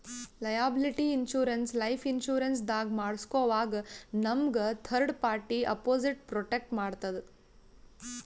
liability insurance life insurance ದಾಗ್ ಮಾಡ್ಸೋವಾಗ್ ನಮ್ಗ್ ಥರ್ಡ್ ಪಾರ್ಟಿ ಅಪೊಸಿಟ್ ಪ್ರೊಟೆಕ್ಟ್ ಮಾಡ್ತದ್